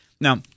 Now